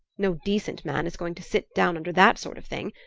no decent man is going to sit down under that sort of thing.